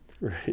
right